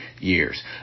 years